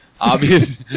obvious